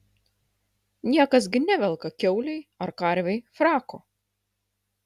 niekas gi nevelka kiaulei ar karvei frako